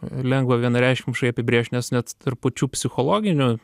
lengva vienareikšmiškai apibrėžt nes net tarp pačių psichologinio